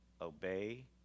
obey